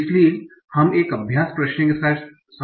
इसलिए हम एक अभ्यास प्रश्न के साथ शुरू कर रहे हैं